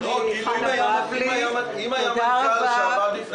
אין לי את הנתונים,